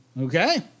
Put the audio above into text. Okay